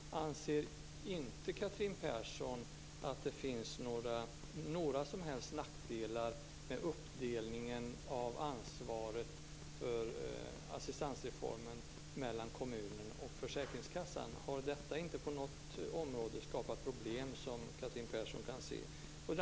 Anser Catherine Persson att det inte finns några som helst nackdelar med uppdelningen av ansvaret för assistansreformen mellan kommunen och försäkringskassan? Har detta inte på något område skapat problem, som Catherine Persson kan se?